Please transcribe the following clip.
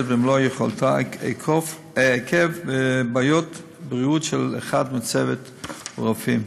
במלוא יכולתה עקב בעיות בריאות של אחד מצוות הרופאים.